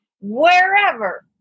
wherever